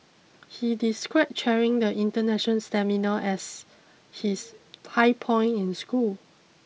he described chairing the international seminar as his high point in school